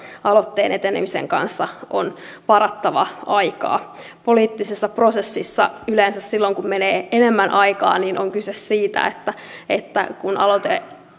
aloitteen etenemisen kanssa on varattava aikaa poliittisessa prosessissa yleensä silloin kun menee enemmän aikaa on kyse siitä että että kun aloite